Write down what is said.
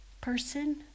person